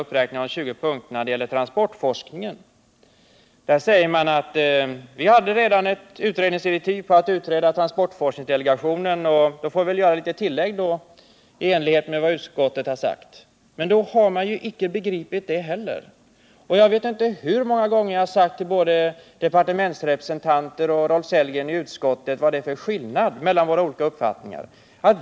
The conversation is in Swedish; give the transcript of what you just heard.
Där säger statsrådet att utredningen om transportforskningsdelegationen redan har fått utredningsdirektiv och att man väl då får göra ett litet tillägg i enlighet med vad utskottet har sagt. Men då har man inte begripit detta heller. Jag vet inte hur många gånger jag har talat om för både departementsrepresentanter och Rolf Sellgren i utskottet vad det är för skillnader mellan våra olika uppfattningar.